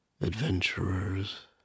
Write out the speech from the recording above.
adventurers